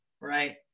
right